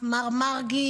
מרגי